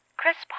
Chris